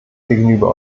gegenüber